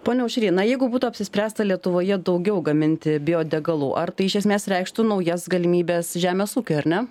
pone aušry na jeigu būtų apsispręsta lietuvoje daugiau gaminti biodegalų ar tai iš esmės reikštų naujas galimybes žemės ūkiui ar ne